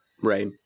right